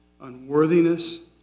unworthiness